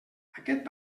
aquest